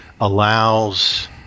allows